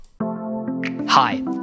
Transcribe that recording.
hi